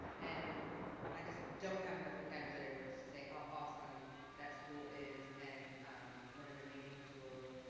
and i just don't have enough vocabulary words to say how awesome that school is and what an amazing principal,